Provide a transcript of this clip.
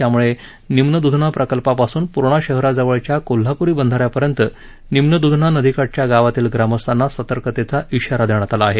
त्याम्ळे निम्न द्धना प्रकल्पापासून पर्णा शहराजवळील कोल्हाप्री बंधाऱ्यापर्यंत निम्न दुधना नदीकाठच्या गावातील ग्रामस्थांना सतर्कतेचा इशारा देण्यात आला आहे